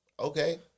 okay